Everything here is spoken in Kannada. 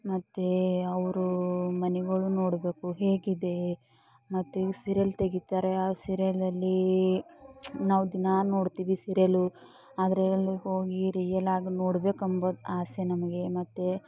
ಮತ್ತೆ ಅವರ ಮನೆಗಳು ನೋಡಬೇಕು ಹೇಗಿದೆ ಮತ್ತೆ ಸೀರಿಯಲ್ ತೆಗೀತಾರೆ ಆ ಸೀರಿಯಲ್ಲಲ್ಲಿ ನಾವು ದಿನ ನೋಡ್ತೀವಿ ಸೀರಿಯಲ್ಲು ಆದರೆ ಅಲ್ಲಿಗೆ ಹೋಗಿ ರಿಯಲ್ಲಾಗಿ ನೋಡ್ಬೇಕಂಬುದು ಆಸೆ ನಮಗೆ ಮತ್ತೆ